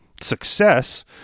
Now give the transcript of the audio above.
success